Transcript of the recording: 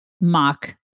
mock